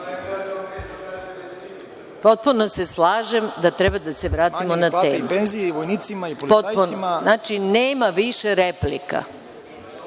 se slažem da treba da se vratimo na temu. Znači, nema više replika.